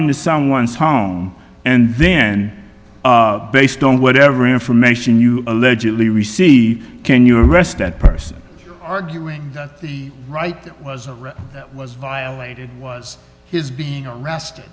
into someone's home and then based on whatever information you allegedly received can you arrest that person arguing that the right was that was violated was his being arrested